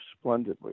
splendidly